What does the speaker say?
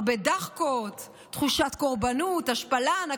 הרבה דחקות, תחושת קורבנות, השפלה, נקמנות.